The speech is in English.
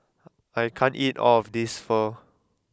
I can't eat all of this Pho